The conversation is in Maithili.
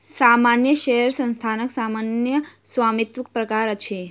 सामान्य शेयर संस्थानक न्यायसम्य स्वामित्वक प्रकार अछि